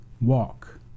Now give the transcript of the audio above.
walk